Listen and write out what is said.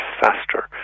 faster